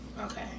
Okay